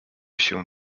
się